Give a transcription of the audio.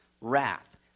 wrath